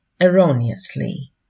erroneously